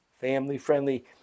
family-friendly